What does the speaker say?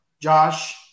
Josh